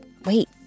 wait